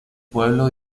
pueblo